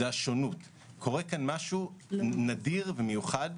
קורה כאן משהו נדיר ומיוחד,